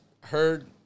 heard